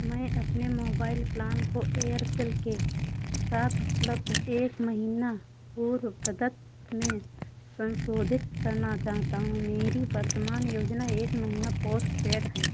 मैं अपने mobile plan को एयरसेल के साथ उपलब्ध एक महीना पूर्वप्रदत्त में सन्शोधित करना चाहता हूँ मेरी वर्तमान योजना एक महीना पोस्टपेड है